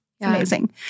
Amazing